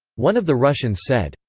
one of the russians said.